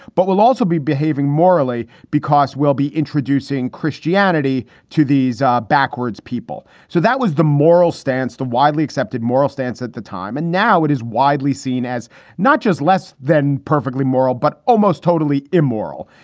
but we'll also be behaving morally because we'll be introducing christianity to these backwards people. so that was the moral stance, the widely accepted moral stance at the time. and now it is widely seen as not just less than perfectly moral, but almost totally immoral.